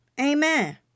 Amen